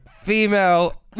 female